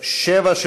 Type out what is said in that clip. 7,